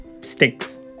sticks